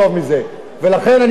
לכן אני מבקש את ההצבעה,